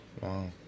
wow